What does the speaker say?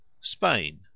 Spain